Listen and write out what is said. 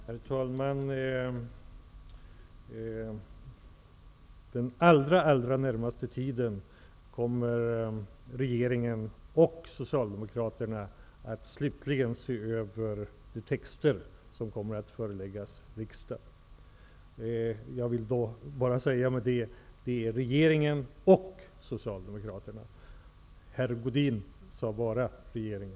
Herr talman! Under den allra närmaste tiden kommer regeringen och Socialdemokraterna att slutligen se över de texter som skall föreläggas riksdagen. Med det vill jag bara säga att det är fråga om regeringen och Socialdemokraterna. Herr Godin nämnde bara regeringen.